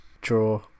draw